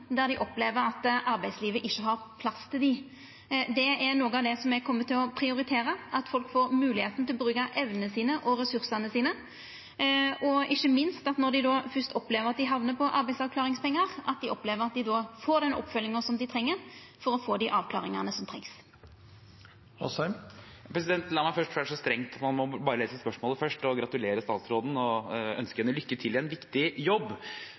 der dei opplever at arbeidslivet ikkje har plass til dei. Det er noko av det me kjem til å prioritera, at det er mogeleg for folk å bruka evnene og ressursane sine, og ikkje minst, når dei først hamnar på arbeidsavklaringspengar, at dei opplever å få den oppfølginga dei treng for å få dei avklaringane som trengst. La meg, for det er så strengt at man bare får lese spørsmålet først, få gratulere statsråden og ønske henne lykke til i en viktig jobb.